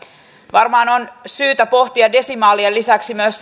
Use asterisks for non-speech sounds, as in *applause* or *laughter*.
varmaan on syytä pohtia desimaalien lisäksi myös *unintelligible*